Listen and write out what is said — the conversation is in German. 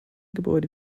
gebäude